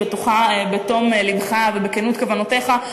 בטוחה בתום לבך ובכנות כוונותיך,